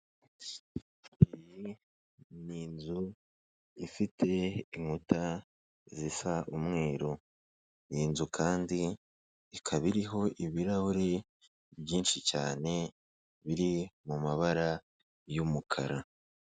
Iyi ni inzu ifite inkuta zisa umweru, iyi nzu kandi ikaba iriho ibirahuri byinshi cyane biri mu mabara y'umukara.